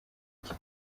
iki